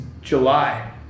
July